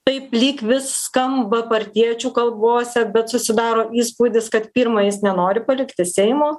taip lyg vis skamba partiečių kalbose bet susidaro įspūdis kad pirma jis nenori palikti seimo